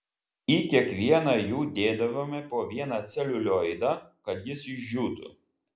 į kiekvieną jų dėdavome po vieną celiulioidą kad jis išdžiūtų